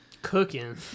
Cooking